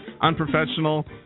unprofessional